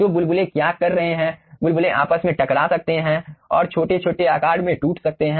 तो बुलबुले क्या कर रहे है बुलबुले आपस में टकरा सकते हैं और छोटे छोटे आकार में टूट सकते हैं